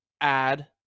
add